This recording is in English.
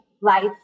life